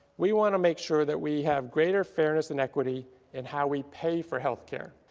we want to make sure that we have greater fairness and equity in how we pay for health care.